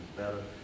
better